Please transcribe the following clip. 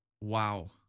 Wow